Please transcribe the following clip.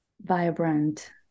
vibrant